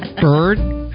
bird